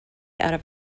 out